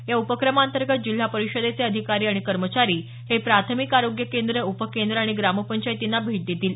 या उपक्रमाअंतगेत जिल्हा परिषदेचं अधिकारी आणि कर्मचारी हे प्राथमिक आरोग्य केंद्र उपकेंद्र आणि ग्राम पंचायतींना भेट देतील